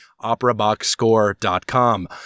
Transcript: operaboxscore.com